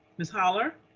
ms. heller?